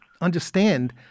understand